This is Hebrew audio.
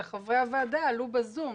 וחברי הוועדה עלו ב"זום".